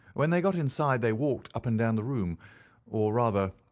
when they got inside they walked up and down the room or rather,